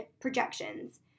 projections